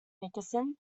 nickerson